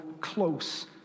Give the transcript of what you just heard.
close